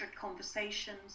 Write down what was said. conversations